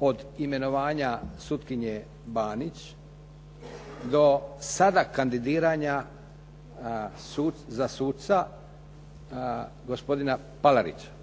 od imenovanja sutkinje Banić do sada kandidiranja za suca gospodina Palarića.